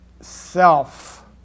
self